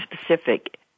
specific